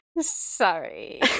Sorry